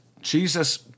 Jesus